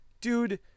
Dude